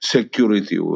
Security